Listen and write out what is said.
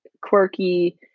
quirky